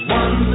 one